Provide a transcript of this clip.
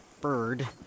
bird